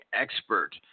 expert